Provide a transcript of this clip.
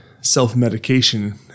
self-medication